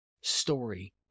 story